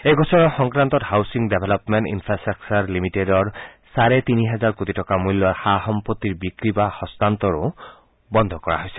এই গোচৰৰ সংক্ৰান্তত হাউচিং ডেভেলপমেণ্ট ইনফ্ৰাষ্টাকচাৰ লিমিটেডৰ চাৰে তিনিহেজাৰ কোটি টকাৰ মূল্যৰ সা সম্পত্তিৰ বিক্ৰী বা হস্তান্তৰ বন্ধ কৰা হৈছে